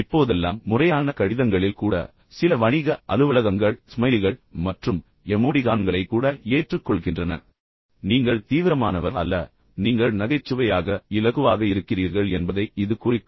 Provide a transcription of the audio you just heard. இப்போதெல்லாம் முறையான கடிதங்களில் கூட சில வணிக அலுவலகங்கள் ஸ்மைலிகள் மற்றும் எமோடிகான்களை கூட ஏற்றுக்கொள்கின்றன நீங்கள் உண்மையில் தீவிரமானவர் அல்ல நீங்கள் நகைச்சுவையாக இருக்கிறீர்கள் அல்லது நீங்கள் இலகுவாக இருக்கிறீர்கள் என்பதைக் இது குறிக்கும்